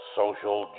social